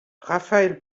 raphaël